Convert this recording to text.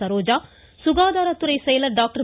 சரோஜா சுகாதாரத்துறை செயலர் டாக்டர்